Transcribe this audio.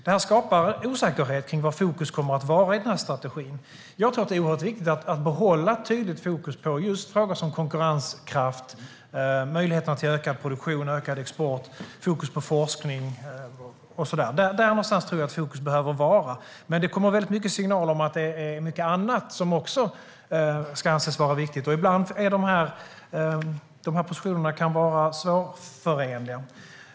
Detta skapar osäkerhet om vad fokus kommer att vara i strategin. Jag tror att det är oerhört viktigt att behålla tydligt fokus på just frågor som konkurrenskraft, möjligheterna till ökad produktion och ökad export, fokus på forskning och så vidare. Där någonstans tror jag att fokus behöver vara. Men det kommer signaler om att det är mycket annat som också ska anses vara viktigt, och ibland kan positionerna vara svårförenliga.